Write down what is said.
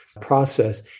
process